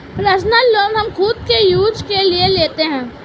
personal loan हम खुद के यूज के लिए लेते है